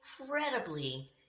incredibly